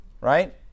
right